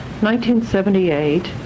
1978